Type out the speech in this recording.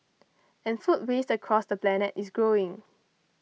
and food waste across the planet is growing